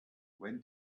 when